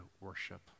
worship